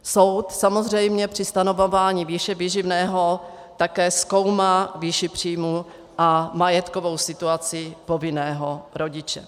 Soud samozřejmě při stanovování výše výživného také zkoumá výši příjmů a majetkovou situaci povinného rodiče.